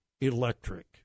electric